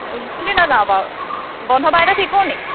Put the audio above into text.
কোনদিনা যাওঁ বাও বন্ধ বাৰ এটা ঠিক কৰো নি